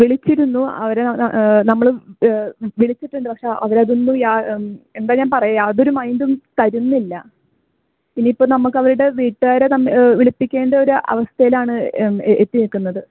വിളിച്ചിരുന്നു അവരെ നമ്മൾ വിളിച്ചിട്ടുണ്ട് പക്ഷേ അവരതൊന്നും എന്താ ഞാൻ പറയ്കാ യാതൊരു മൈൻഡും തരുന്നില്ല പിന്നിപ്പം നമുക്കവരുടെ വീട്ടുകാരെ വിളിപ്പിക്കേണ്ടൊരവസ്ഥയിലാണ് എത്തി നിൽക്കുന്നത്